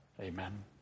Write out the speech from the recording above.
amen